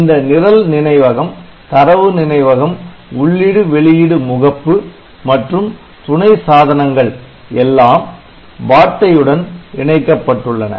இந்த நிரல் நினைவகம் தரவு நினைவகம் உள்ளிடு வெளியிடு முகப்பு மற்றும் துணை சாதனங்கள் எல்லாம் பாட்டை யுடன் இணைக்கப்பட்டுள்ளன